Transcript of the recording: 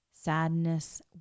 sadness